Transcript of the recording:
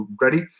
ready